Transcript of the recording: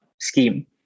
scheme